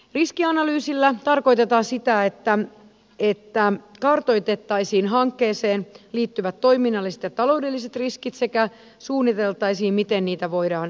riskianalyysilla tarkoitetaan sitä että kartoitettaisiin hankkeeseen liittyvät toiminnalliset ja taloudelliset riskit sekä suunniteltaisiin miten niitä voidaan paremmin hallita